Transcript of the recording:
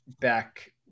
back